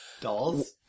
dolls